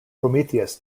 prometheus